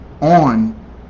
on